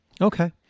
Okay